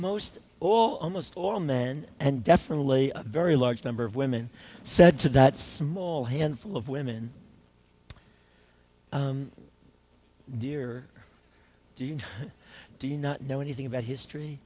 most all almost all men and defra lay a very large number of women said to that small handful of women dear do you do you not know anything about history